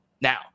Now